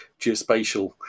Geospatial